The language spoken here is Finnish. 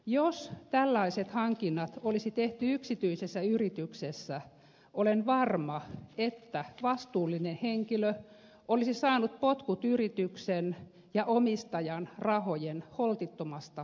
jos tällaiset hankinnat olisi tehty yksityisessä yrityksessä olen varma että vastuullinen henkilö olisi saanut potkut yrityksen ja omistajan rahojen holtittomasta käytöstä